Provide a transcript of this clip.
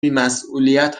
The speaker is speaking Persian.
بیمسئولیت